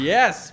Yes